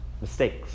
mistakes